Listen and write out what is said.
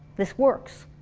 this works.